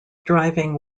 driving